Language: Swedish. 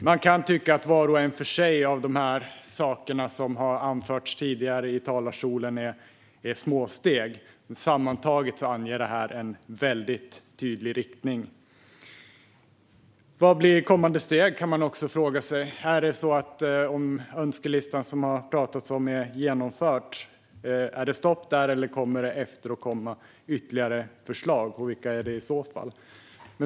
Man kan tycka att var och en för sig av de saker som har anförts tidigare i talarstolen är små steg. Men sammantaget anger de en tydlig riktning. Vad blir kommande steg? Det kan man fråga sig. När den önskelista ni har talat om är genomförd - är det då stopp där, eller kommer det att komma ytterligare förslag? Och vilka är det i så fall?